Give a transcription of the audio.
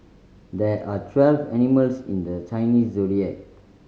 there are twelve animals in the Chinese Zodiac